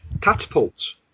Catapults